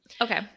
Okay